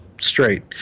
straight